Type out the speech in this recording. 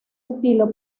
estilo